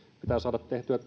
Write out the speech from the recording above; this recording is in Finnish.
pitää saada tehtyä